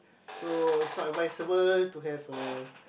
so it's not advisable to have a